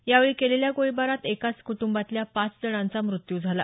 यावेळी केलेल्या गोळीबारात एकाच क्रूटंबातल्या पाच जणांचा मृत्यू झाला